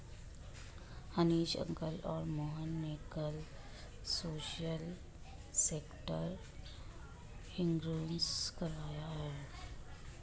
Hanish uncle और मोहन ने कल सोशल सेक्टर इंश्योरेंस करवाया है